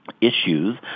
issues